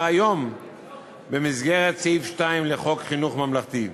היום במסגרת סעיף 2 לחוק חינוך ממלכתי,